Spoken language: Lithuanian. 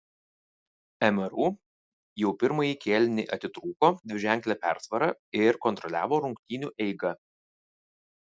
mru jau pirmąjį kėlinį atitrūko dviženkle persvara ir kontroliavo rungtynių eigą